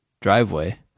driveway